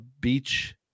beach